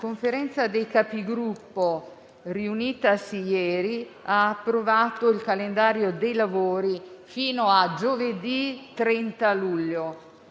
la Conferenza dei Capigruppo, riunitasi ieri, ha approvato il calendario dei lavori fino a giovedì 30 luglio.